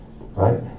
right